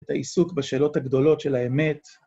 את העיסוק בשאלות הגדולות של האמת.